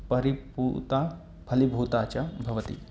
परिपूता फलिभूता च भवति